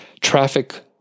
traffic